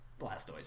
Blastoise